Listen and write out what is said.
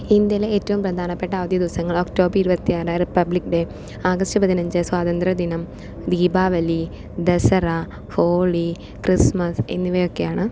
ഇന്ത്യയിലെ ഏറ്റവും പ്രധാനപ്പെട്ട അവധി ദിവസങ്ങൾ ഒക്ടോബർ ഇരുപത്തിനാല് റിപ്പബ്ലിക് ഡേ ആഗസ്റ്റ് പതിനഞ്ച് സ്വാതന്ത്ര്യ ദിനം ദീപാവലി ദസറ ഹോളി ക്രിസ്തുമസ് എന്നിവയൊക്കെയാണ്